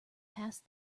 past